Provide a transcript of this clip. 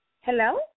Hello